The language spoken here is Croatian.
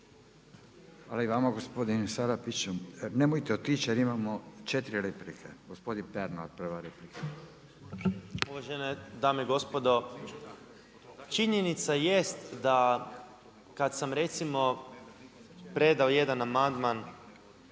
Hvala i vama gospodin Salapić. Nemojte otići jer imamo 4 replike. Gospodin Pernar prva replika. **Pernar, Ivan (Živi zid)** Uvažene dame i gospodo. Činjenica jest da kad sam recimo predao jedan amandman